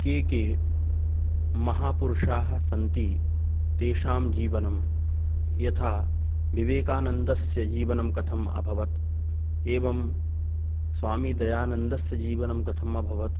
के के महापुरुषाः सन्ति तेषां जीवनं यथा विवेकानन्दस्य जीवनं कथम् अभवत् एवं स्वामिदयानन्दस्य जीवनं कथम् अभवत्